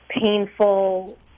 painful